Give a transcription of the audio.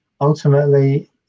ultimately